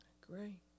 Great